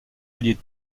relier